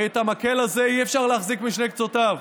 ואת המקל הזה אי-אפשר להחזיק משני קצותיו.